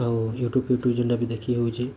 ଆଉ ୟୁଟ୍ୟୁବ୍ ଫିୟୁଟ୍ୟୁବ୍ ଯେନ୍ତା ବି ଦେଖି ହଉଛି